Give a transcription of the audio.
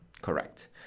Correct